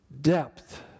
depth